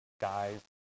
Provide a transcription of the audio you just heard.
guys